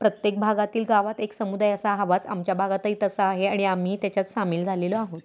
प्रत्येक भागातील गावात एक समुदाय असा हवाच आमच्या भागातही तसा आहे आणि आम्ही त्याच्यात सामील झालेलो आहोत